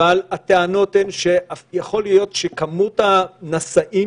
אבל הטענות הן שיכול להיות שכמות הנשאים